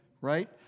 right